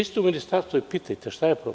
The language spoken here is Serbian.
Idite u ministarstvo i pitajte šta je to.